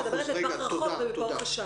את מדברת על טווח רחוק, ומפה החשש.